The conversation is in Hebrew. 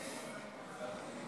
אם כן,